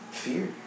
Fear